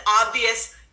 obvious